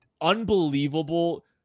unbelievable